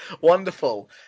Wonderful